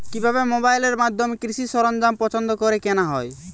কিভাবে মোবাইলের মাধ্যমে কৃষি সরঞ্জাম পছন্দ করে কেনা হয়?